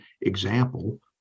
example